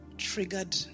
triggered